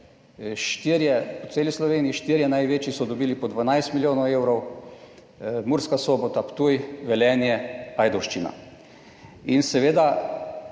po celi Sloveniji štirje največji so dobili po 12 milijonov evrov: Murska Sobota, Ptuj, Velenje, Ajdovščina. In seveda